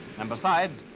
and besides,